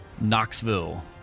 Knoxville